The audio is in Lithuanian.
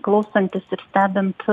klausantis ir stebint